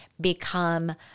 become